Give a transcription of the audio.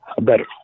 better